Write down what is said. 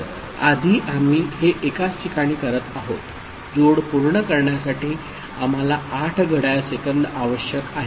तर आधी आम्ही हे एकाच ठिकाणी करत आहोत जोड पूर्ण करण्यासाठी आम्हाला 8 घड्याळ सेकंद आवश्यक आहेत